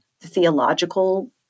theological